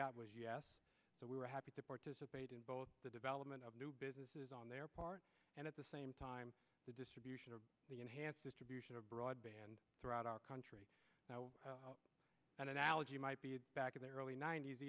got was yes that we were happy to participate in both the development of new businesses on their part and at the same time the distribution of the enhanced distribution of broadband throughout our country and analogy might be back in the early ninet